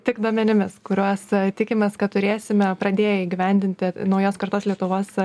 tik duomenimis kuriuos tikimės kad turėsime pradėję įgyvendinti naujos kartos lietuvos